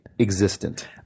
existent